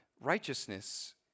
Righteousness